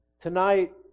Tonight